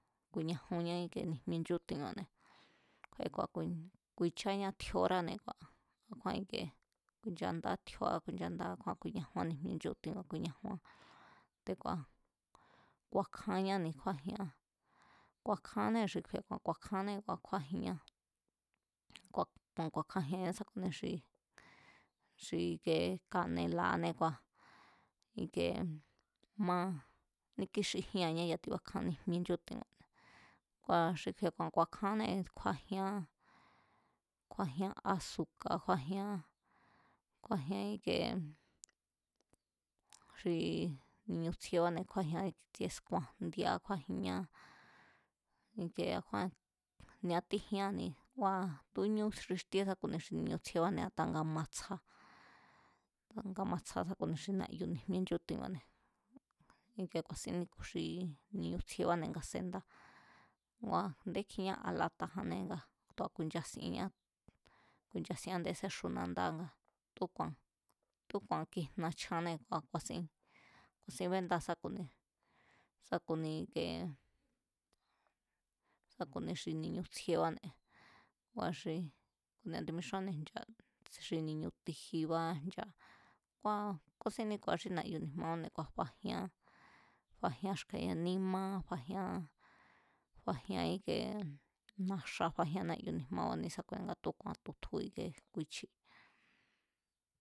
Ku̱i̱ñajunña nchúti̱ba̱ne̱, te̱ku̱a̱ ku̱i̱cháñá tjioráne̱ kua̱ a̱kjúán ike ku̱i̱nchandáá tjiorá a̱ kjúán ku̱i̱ñajuan ni̱jmie nchúti̱ba̱ ku̱i̱ñájuán te̱ku̱a̱ ku̱a̱kjañáne̱ kjúajián, ku̱a̱kjaanée̱ xi kju̱i̱e̱ ku̱a̱ ku̱a̱kjaannée̱ kjúájinñá, ku̱a̱n ku̱a̱kjanjinñá sá ku̱nia xi, xi ikee kanela̱anée̱ kua, i̱kee ma níkíxijía̱ñé ya̱ tibakjaan níjmie nchúti̱n, kua̱ xi kju̱i̱e̱ ku̱a̱n ku̱a̱kjaanée̱ kjúájián, kjúájian ázuka̱ kua̱ kjúajián, kjúájian íkie xi ni̱ñu̱ tsjiebane̱ kjúájián i̱tsie sku̱a̱ jndia kjúájinñá i̱ke a̱kjúán ni̱atíjian íni, tu̱úñú xixtíe sá ku̱ni ni̱ñu̱ tsjiebane̱ a̱ta nga ma tsja, a̱ta nga matsja sá ku̱ni xi na̱yu̱ ni̱jmie nchúti̱nba̱ne̱, ikie ku̱a̱sín níku̱ xi ni̱ñu̱ tsjienbáne̱ nga sendá ngua̱ a̱ndé kjiña'a lata̱jané nga tu̱a ku̱i̱nchasienñá, ku̱i̱nchasieán a̱ndé séxu nandá tu̱úku̱a̱n, tu̱úku̱a̱n kijna chjannée̱ kua̱ ku̱a̱sín ku̱a̱sin bendáa sá ku̱ni, sá ku̱ni ikiee, sá ku̱ni xi ni̱ñu̱ tsjiebáne̱. Ngua̱ xi ku̱ni timixúannée̱ xi ni̱ñu̱ tijibá ncha, kua̱ kúsín níku̱a xi na̱yu̱ ni̱jmabáne̱ kua̱ fajián, fajián xka̱ yanímá, fajián, fajian íkee na̱xa̱ fajian nayu̱ ni̱jmabane̱ ne̱esakuine̱ tu̱úku̱a̱ tutju ku̱i̱chi.